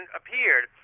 appeared